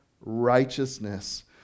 righteousness